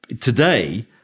today